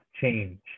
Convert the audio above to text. change